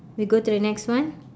we go to the next one